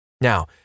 Now